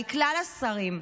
לכלל השרים: